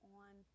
on